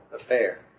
affair